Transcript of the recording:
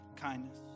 kindness